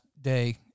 day